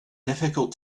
difficult